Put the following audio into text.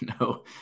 No